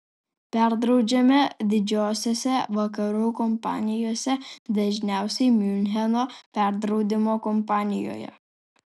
perdraudžiame didžiosiose vakarų kompanijose dažniausiai miuncheno perdraudimo kompanijoje